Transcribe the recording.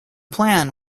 plan